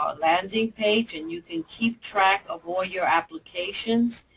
um landing page and you can keep track of all your applications,